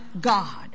God